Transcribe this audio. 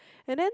and then